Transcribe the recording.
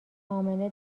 امنه